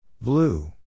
Blue